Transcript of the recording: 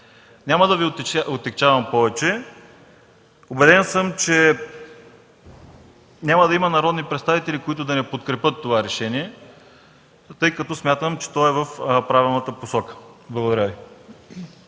Няма да Ви отегчавам повече. Убеден съм, че няма да има народни представители, които да не подкрепят това решение, тъй като смятам, че то е в правилната посока. Благодаря Ви.